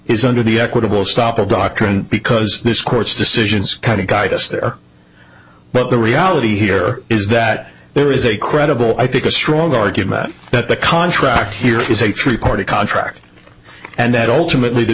is under the equitable stop of doctrine because this court's decisions kind of guide us there but the reality here is that there is a credible i think a strong argument that the contract here is a three party contract and that ult